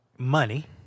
Money